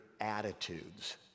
attitudes